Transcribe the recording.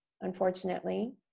unfortunately